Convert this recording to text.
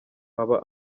aba